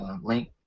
link